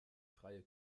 freie